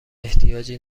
احتیاجی